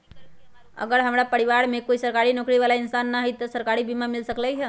अगर हमरा परिवार में कोई सरकारी नौकरी बाला इंसान हई त हमरा सरकारी बीमा मिल सकलई ह?